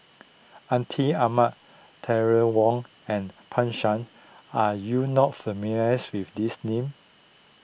Atin Amat Terry Wong and Pan Shou are you not familiar with these names